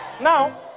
now